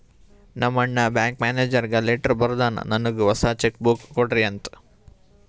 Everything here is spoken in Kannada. ನಮ್ ಅಣ್ಣಾ ಬ್ಯಾಂಕ್ ಮ್ಯಾನೇಜರ್ಗ ಲೆಟರ್ ಬರ್ದುನ್ ನನ್ನುಗ್ ಹೊಸಾ ಚೆಕ್ ಬುಕ್ ಕೊಡ್ರಿ ಅಂತ್